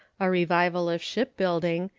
a revival of shipbuilding,